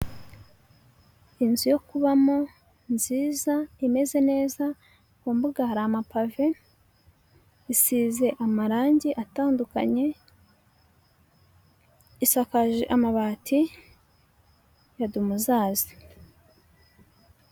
Inzu yo kubamo nziza, imeze neza, mu mbuga hari amapave, isize amarangi atandukanye, isakaje amabati ya dumuzazi.